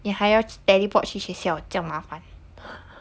你还要 teleport 去学校这样麻烦